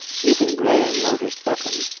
even graham noticed buckham.